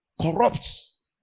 corrupts